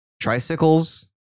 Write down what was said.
tricycles